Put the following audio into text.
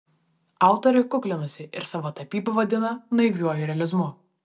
autorė kuklinasi ir savo tapybą vadina naiviuoju realizmu